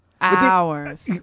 Hours